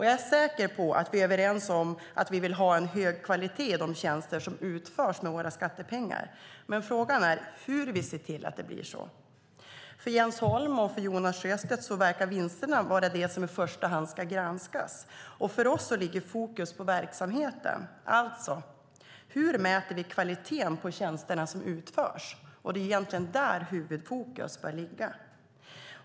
Jag är säker på att vi är överens om att vi vill ha en hög kvalitet i de tjänster som utförs för våra skattepengar, men frågan är hur vi ser till att det blir så. För Jens Holm och Jonas Sjöstedt verkar vinsterna vara det som i första hand ska granskas. För oss ligger fokus på verksamheten, alltså hur vi mäter kvaliteten på tjänsterna som utförs. Det är där huvudfokus bör ligga.